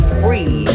free